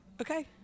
Okay